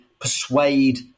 persuade